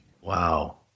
Wow